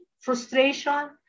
frustration